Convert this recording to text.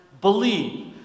believe